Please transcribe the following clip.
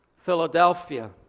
Philadelphia